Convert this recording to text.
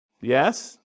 Yes